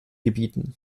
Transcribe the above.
gebieten